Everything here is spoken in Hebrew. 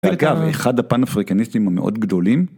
אגב, אחד הפנאפריקניסטים המאוד גדולים